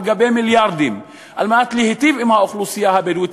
מיליארדים כדי להיטיב עם האוכלוסייה הבדואית,